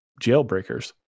jailbreakers